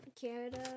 Canada